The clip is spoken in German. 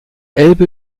elbe